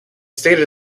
stated